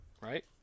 right